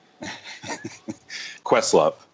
Questlove